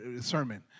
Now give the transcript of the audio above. sermon